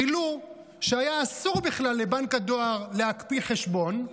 גילו שהיה אסור בכלל לבנק הדואר להקפיא חשבון,